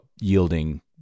yielding